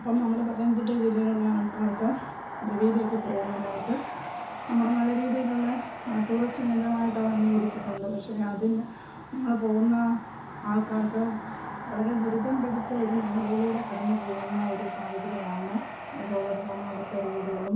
അപ്പം നമ്മുടെ പത്തനംതിട്ട ജില്ലയിലുള്ള ആൾക്കാർക്ക് ഗവിയിലേക്ക് പോവാനായിട്ട് നമ്മൾ നല്ല രീതിയിലുള്ള ടൂറിസ്റ്റ് കേന്ദ്രമായിട്ട് അത് അംഗീകരിച്ചിട്ടുണ്ട് പക്ഷേ അതിന് നമ്മൾ പോവുന്ന ആൾക്കാർക്ക് വളരെ ദുരിതം പിടിച്ച ഒരു മേഖലയിലൂടെ കടന്നുപോവുന്ന ഒരു സാഹചര്യമാണ് അവിടെ ഉള്ളത് കാരണം അവിടുത്തെ റോഡുകളും